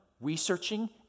researching